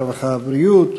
הרווחה והבריאות,